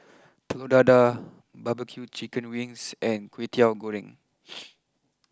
Telur Dadah Barbeque Chicken wings and Kwetiau Goreng